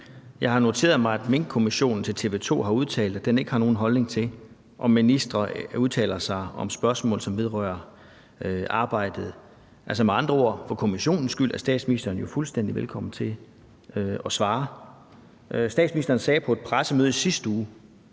Jeg har noteret mig, at Minkkommissionen til TV 2 har udtalt, at den ikke har nogen holdning til, om ministre udtaler sig om spørgsmål, som vedrører arbejdet. Altså, med andre ord er statsministeren for kommissionens skyld jo fuldstændig velkommen til at svare. Statsministeren sagde på et pressemøde i sidste uge,